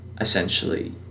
essentially